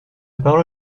parole